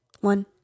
one